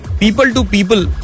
People-to-people